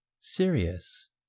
serious